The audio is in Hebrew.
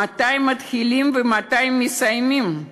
מתי מתחילים ומתי מסיימים,